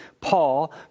Paul